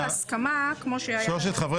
התפלגות בהסכמה כמו שהיה --- שלושת חברי